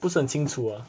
不是很清楚 ah